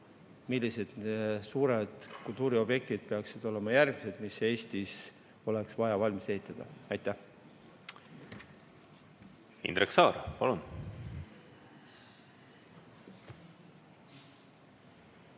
millised suured kultuuriobjektid peaksid olema järgmised, mis Eestis oleks vaja valmis ehitada. Aitäh! Indrek Saar, palun!